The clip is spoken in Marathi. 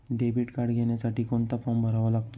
डेबिट कार्ड घेण्यासाठी कोणता फॉर्म भरावा लागतो?